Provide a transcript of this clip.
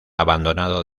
abandonado